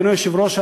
אדוני היושב-ראש,